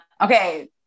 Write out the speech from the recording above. Okay